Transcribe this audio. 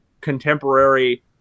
contemporary